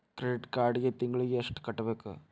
credit ಕಾರ್ಡಿಗಿ ತಿಂಗಳಿಗಿ ಎಷ್ಟ ಕಟ್ಟಬೇಕ